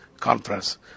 conference